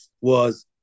was-